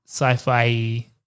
sci-fi